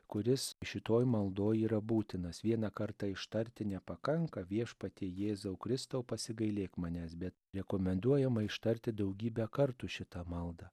kuris šitoj maldoj yra būtinas vieną kartą ištarti nepakanka viešpatie jėzau kristau pasigailėk manęs bet rekomenduojama ištarti daugybę kartų šitą maldą